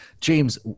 James